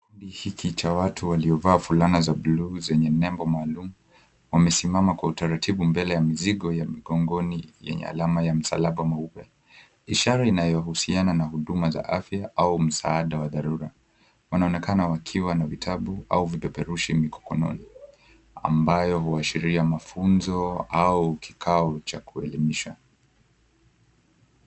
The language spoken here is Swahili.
Hiki cha watu waliovaa fulana za bluu zenye nembo maalum wamesimama kwa utaratibu mbele ya mizigo ya mgongoni yenye alama ya msalaba mweupe ishara inayohusiana na huduma za afya au msaada wa dharura. Wanaonekana wakiwa na vitabu au vipeperushi mkononi ambayo huashiria mafunzo au kikao cha kuelimisha.